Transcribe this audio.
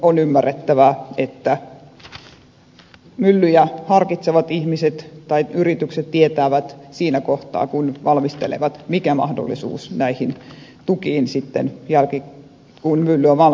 on ymmärrettävää että myllyjä harkitsevat ihmiset tai yritykset haluavat tietää siinä kohtaa kun investointeja valmistelevat mikä mahdollisuus näihin tukiin on sitten kun mylly on valmis